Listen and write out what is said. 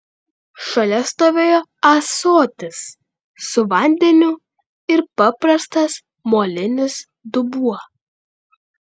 šalia stovėjo ąsotis su vandeniu ir paprastas molinis dubuo